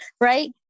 Right